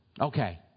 okay